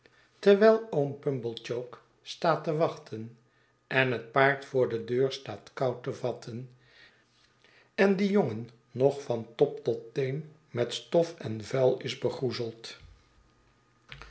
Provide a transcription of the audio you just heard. terwijl oom pumblechook staat te wachten en het paard voor de deur staat kou te vatten en die jongen nog van top tot teen met stof en vuil is